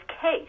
case